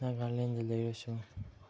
ꯅꯥꯒꯥꯂꯦꯟꯗ ꯂꯩꯔꯁꯨ